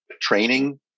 training